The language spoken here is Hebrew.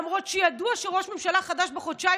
למרות שידוע שראש ממשלה חדש בחודשיים